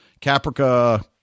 Caprica